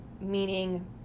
meaning